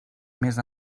més